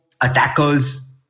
attackers